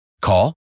Call